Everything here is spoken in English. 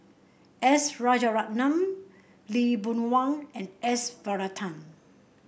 S Rajaratnam Lee Boon Wang and S Varathan